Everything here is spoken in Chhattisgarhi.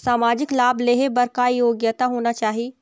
सामाजिक लाभ लेहे बर का योग्यता होना चाही?